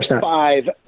five